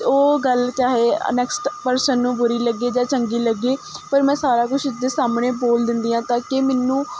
ਉਹ ਗੱਲ ਚਾਹੇ ਨੈਕਸਟ ਪਰਸਨ ਨੂੰ ਬੁਰੀ ਲੱਗੇ ਜਾਂ ਚੰਗੀ ਲੱਗੇ ਪਰ ਮੈਂ ਸਾਰਾ ਕੁਛ ਉਸ ਦੇ ਸਾਹਮਣੇ ਬੋਲ ਦਿੰਦੀ ਹਾਂ ਤਾਂ ਕਿ ਮੈਨੂੰ